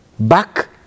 back